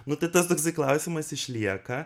nu tai tas toksai klausimas išlieka